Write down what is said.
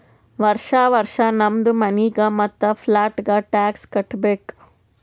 ವರ್ಷಾ ವರ್ಷಾ ನಮ್ದು ಮನಿಗ್ ಮತ್ತ ಪ್ಲಾಟ್ಗ ಟ್ಯಾಕ್ಸ್ ಕಟ್ಟಬೇಕ್